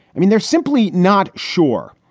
i mean, they're simply not sure.